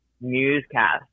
newscast